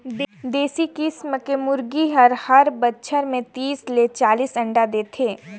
देसी किसम के मुरगी मन हर बच्छर में तीस ले चालीस अंडा देथे